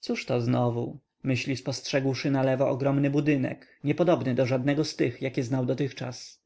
cóż to znowu myśli spostrzegłszy nalewo ogromny budynek niepodobny do żadnego z tych jakie znał dotychczas